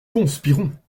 conspirons